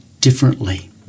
differently